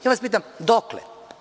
Sad vas pitam – dokle?